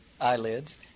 eyelids